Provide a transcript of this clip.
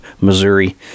Missouri